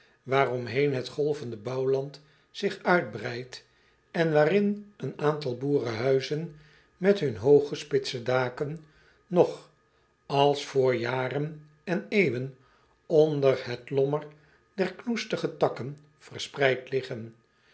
waaromheen het golvende bouwland zich uitbreidt en waarin een aantal boerenhuizen met hun hooge spitse daken nog als vr jaren en eeuwen onder het lommer der knoestige takken verspreid liggen